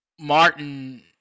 Martin